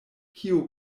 kio